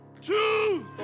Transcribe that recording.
two